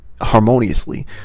harmoniously